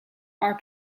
are